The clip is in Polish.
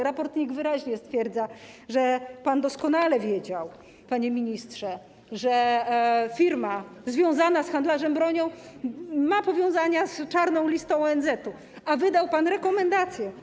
Raport NIK wyraźnie stwierdza, że pan doskonale wiedział, panie ministrze, że firma związana z handlarzem bronią ma powiązania z czarną listą ONZ-u, a wydał pan rekomendację.